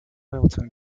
milton